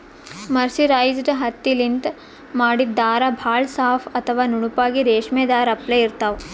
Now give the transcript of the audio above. mercerised ಹತ್ತಿಲಿಂತ್ ಮಾಡಿದ್ದ್ ಧಾರಾ ಭಾಳ್ ಸಾಫ್ ಅಥವಾ ನುಣುಪಾಗಿ ರೇಶ್ಮಿ ಧಾರಾ ಅಪ್ಲೆ ಇರ್ತಾವ್